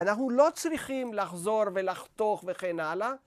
אנחנו לא צריכים לחזור ולחתוך וכן הלאה.